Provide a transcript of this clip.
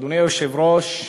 אדוני היושב-ראש,